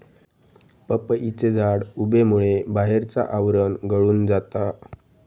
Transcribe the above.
पपईचे झाड उबेमुळे बाहेरचा आवरण गळून जाता